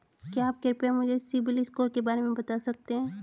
क्या आप कृपया मुझे सिबिल स्कोर के बारे में बता सकते हैं?